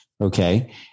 Okay